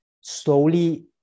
Slowly